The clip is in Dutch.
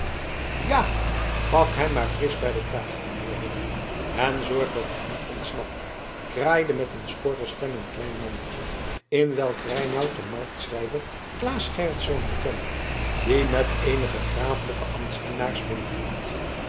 ja pak hem maar frisch bij den kraag heer ridder en zorg dat hij niet ontsnappe kraaide met een schorre stem een klein mannetje in t welk reinout den marktschrijver claes gerritsz herkende die met eenige grafelijke